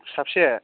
साबेसे